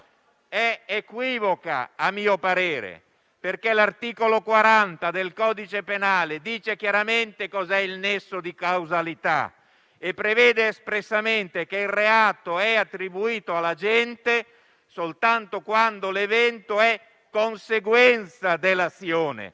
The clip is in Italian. è equivoca. L'articolo 40 del codice penale, infatti, afferma chiaramente cos'è il nesso di causalità e prevede espressamente che il reato è attribuito all'agente soltanto quando l'evento è conseguenza dell'azione.